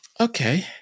Okay